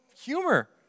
humor